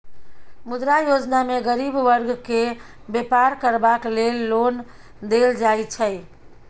मुद्रा योजना मे गरीब बर्ग केँ बेपार करबाक लेल लोन देल जाइ छै